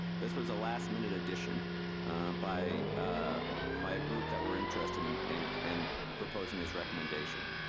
this was a last-minute addition by by a group that were interested in and and proposing this recommendation.